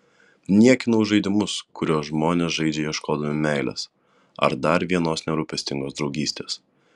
niekinau žaidimus kuriuos žmonės žaidžia ieškodami meilės ar dar vienos nerūpestingos draugystės